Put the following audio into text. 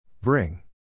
Bring